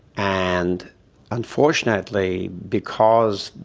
and unfortunately because,